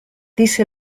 disse